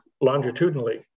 longitudinally